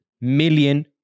million